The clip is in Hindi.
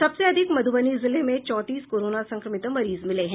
सबसे अधिक मधुबनी जिले में चौंतीस कोरोना संक्रमित मरीज मिले हैं